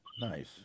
nice